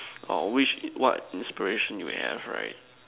or which what inspiration you have right